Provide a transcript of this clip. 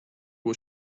was